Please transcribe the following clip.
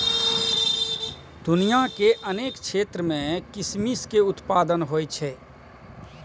दुनिया के अनेक क्षेत्र मे किशमिश के उत्पादन होइ छै